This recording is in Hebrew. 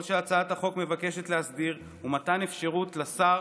כל שהצעת החוק מבקשת להסדיר הוא מתן אפשרות לשר